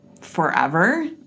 forever